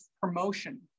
promotion